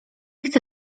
chcę